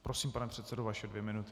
Prosím, pane předsedo, vaše dvě minuty.